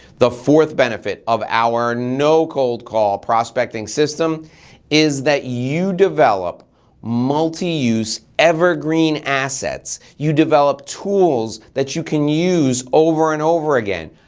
the fourth benefit of our no cold call prospecting system is that you develop multi-use evergreen assets. you develop tools that you can use over and over again.